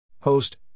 Host